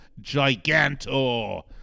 Gigantor